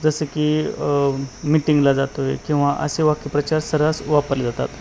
जसं की मिटिंगला जातो आहे किंवा असे वाक्यप्रचार सर्रास वापरले जातात